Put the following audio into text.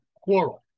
quarrel